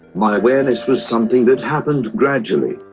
my awareness was something that happened gradually,